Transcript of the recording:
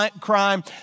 crime